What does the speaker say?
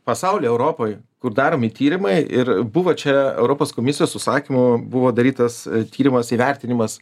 pasauly europoj kur daromi tyrimai ir buvo čia europos komisijos užsakymu buvo darytas tyrimas įvertinimas